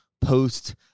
post